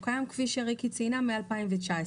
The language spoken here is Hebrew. הוא קיים, כפי שריקי ציינה, מ-2019.